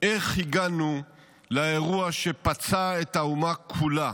איך הגענו לאירוע שפצע את האומה כולה,